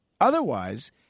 otherwise